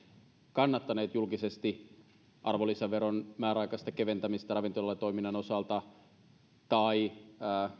kannattaneet julkisesti arvonlisäveron määräaikaista keventämistä ravintolatoiminnan osalta tai